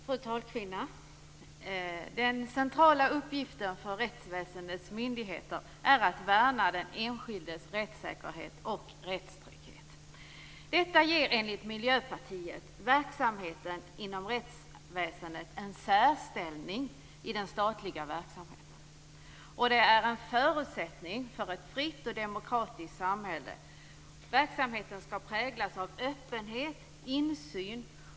Fru talman! Den centrala uppgiften för rättsväsendets myndigheter är att värna den enskildes rättssäkerhet och rättstrygghet. Detta ger, enligt Miljöpartiet, verksamheten inom rättsväsendet en särställning i den statliga verksamheten. Det är en förutsättning för ett fritt och demokratiskt samhälle att verksamheten präglas av öppenhet och insyn.